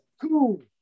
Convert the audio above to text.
Cool